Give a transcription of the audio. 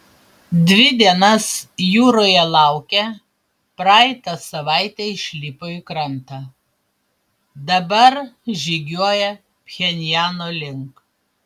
dvi dienas jūroje laukę praeitą savaitę išlipo į krantą dabar žygiuoja pchenjano link